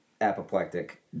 apoplectic